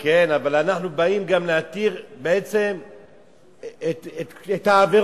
כן, אבל אנחנו באים להתיר בעצם את העבירות.